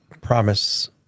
promise